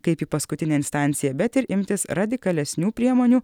kaip į paskutinę instanciją bet ir imtis radikalesnių priemonių